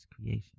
creation